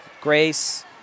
grace